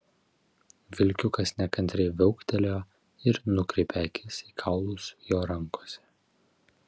vilkiukas nekantriai viauktelėjo ir nukreipė akis į kaulus jo rankose